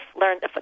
learned